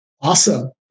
Awesome